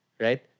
right